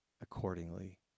accordingly